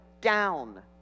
down